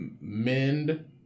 mend